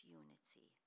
unity